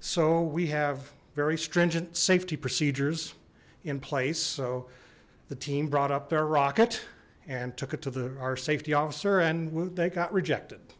so we have very stringent safety procedures in place so the team brought up their rocket and took it to the our safety officer and they got rejected